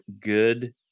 good